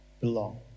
belong